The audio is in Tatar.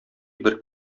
бер